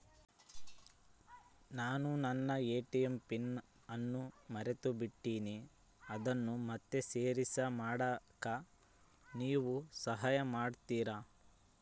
ನಾನು ನನ್ನ ATM pin ಅನ್ನು ಮರೆತುಬಿಟ್ಟೇನಿ ಅದನ್ನು ಮತ್ತೆ ಸರಿ ಮಾಡಾಕ ನೇವು ಸಹಾಯ ಮಾಡ್ತಿರಾ?